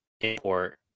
import